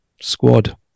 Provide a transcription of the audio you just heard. squad